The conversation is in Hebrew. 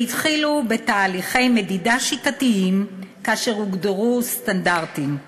והתחילו בתהליכי מדידה שיטתיים לאחר שהוגדרו סטנדרטים.